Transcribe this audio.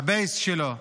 הבייס שלו.